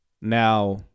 Now